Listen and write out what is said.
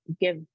give